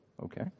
okay